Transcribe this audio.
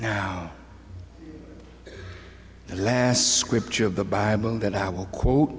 now the last scripture of the bible that i will quote